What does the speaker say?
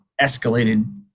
escalated